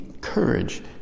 courage